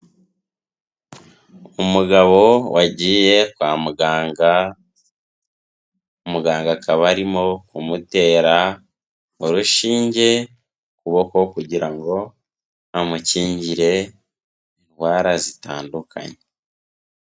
Umugabo wagiye kwa muganga, umuganga akaba arimo kumutera urushinge ku kuboko kugira ngo amukingire indwara zitandukanye.